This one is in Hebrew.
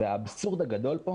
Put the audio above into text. האבסורד הגדול כאן